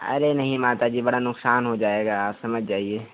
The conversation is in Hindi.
अरे नहीं माता जी बड़ा नुक़सान हो जाएगा समझ जाइए